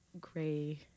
gray